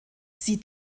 sie